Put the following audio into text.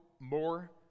more